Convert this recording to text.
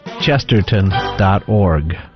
chesterton.org